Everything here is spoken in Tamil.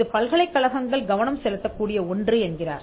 இது பல்கலைக்கழகங்கள் கவனம் செலுத்தக்கூடிய ஒன்று என்கிறார்